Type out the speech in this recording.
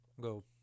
go